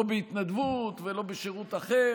לא בהתנדבות ולא בשירות אחר.